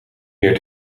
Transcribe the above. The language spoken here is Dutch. meer